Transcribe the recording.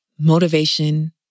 motivation